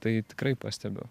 tai tikrai pastebiu